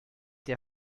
der